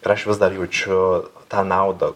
ir aš vis dar jaučiu tą naudą